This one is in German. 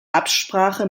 absprache